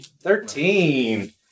Thirteen